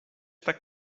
tak